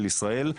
ישראל.